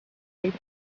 taped